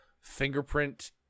fingerprint